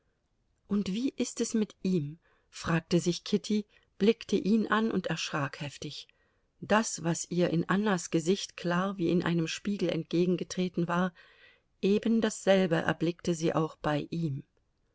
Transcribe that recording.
und wie ist es mit ihm fragte sich kitty blickte ihn an und erschrak heftig das was ihr in annas gesicht klar wie in einem spiegel entgegengetreten war ebendasselbe erblickte sie auch bei ihm